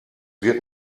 wird